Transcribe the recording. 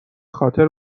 خاطر